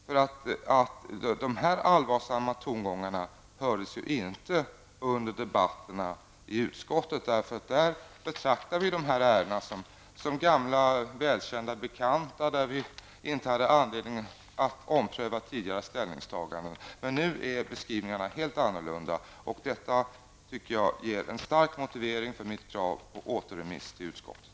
Men dessa allvarsamma tongångar hördes inte i debatterna i konstitutionsutskottet. Där betraktade vi ärendena som välkända och gamla bekanta. Vi ansåg oss inte ha anledning att ompröva tidigare ställningstaganden. Nu är beskrivningarna helt annorlunda, och det tycker jag styrker mitt krav på återremiss av ärendet till konstitutionsutskottet.